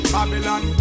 Babylon